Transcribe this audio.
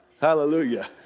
Hallelujah